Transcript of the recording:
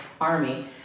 army